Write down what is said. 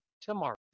tomorrow